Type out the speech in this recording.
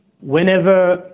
whenever